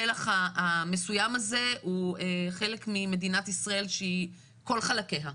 הפלח המסוים הזה הוא חלק ממדינת ישראל שהיא כל חלקיה,